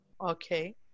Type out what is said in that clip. Okay